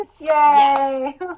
yay